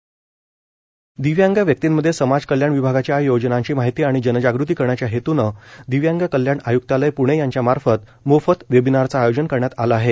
दिव्यांग वेबीनार दिव्यांग व्यक्तींमध्ये समाज कल्याण विभागाच्या योजनांची माहिती आणि जनजागृती करण्याच्या हेतूने दिव्यांग कल्याण आय्क्तालय पूणे यांच्या मार्फत मोफत वेबीनारचं आयोजन करण्यात आलं आहे